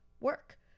work